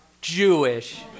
Jewish